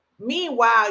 meanwhile